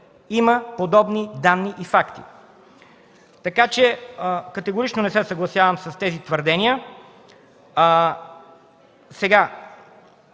има подобни данни и факти. Категорично не се съгласявам с тези твърдения.